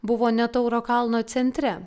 buvo ne tauro kalno centre